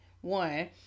One